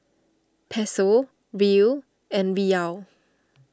Peso Riel and Riyal